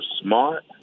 smart